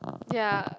ya